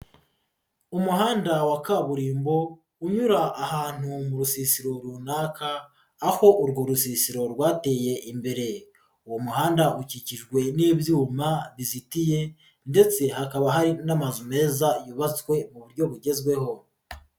Umuhanda wa kaburimbo unyura ahantu mu rusisiro runaka aho urwo rusisiro rwateye imbere, uwo muhanda ukikijwe n'ibyuma bifitiye ndetse hakaba hari n'amazu meza yubatswe mu buryo bugezweho.